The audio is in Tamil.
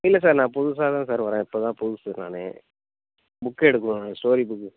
இல்லை சார் நான் புதுசாக தான் சார் வரேன் இப்போ தான் புதுசு நான் புக்கு எடுக்கணும் ஸ்டோரி புக்கு